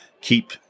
keep